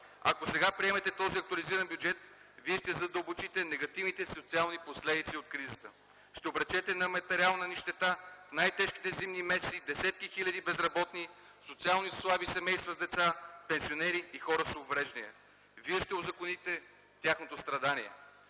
ако сега приемете този актуализиран бюджет, вие ще задълбочите негативните социални последици от кризата, ще обречете на материална нищета в най-тежките зимни месеци десетки хиляди безработни, социално слаби, семейства с деца, пенсионери и хора с увреждания. Вие ще узаконите тяхното страдание.